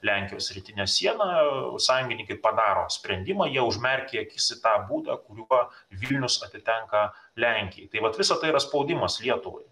lenkijos rytinė siena sąjungininkai padaro sprendimą jie užmerkė akis į tą būdą kuriuo vilnius atitenka lenkijai tai vat visa tai yra spaudimas lietuvai